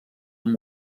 amb